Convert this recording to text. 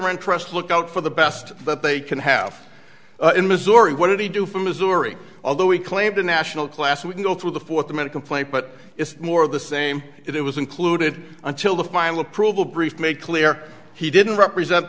interests look out for the best that they can have in missouri what did he do from missouri although he claimed a national class we can go through the four of them in a complaint but it's more of the same it was included until the final approval brief make clear he didn't represent